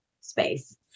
space